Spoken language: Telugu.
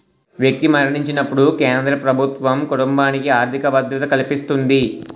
వ్యక్తి మరణించినప్పుడు కేంద్ర ప్రభుత్వం కుటుంబానికి ఆర్థిక భద్రత కల్పిస్తుంది